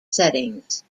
settings